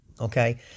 Okay